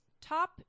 top